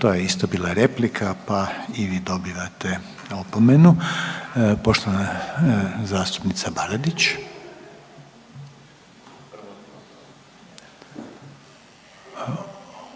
to je isto bila replika pa i vi dobivate opomenu. Poštovana zastupnica Baradić. Aha pardon